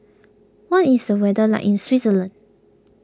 what is the weather like in Switzerland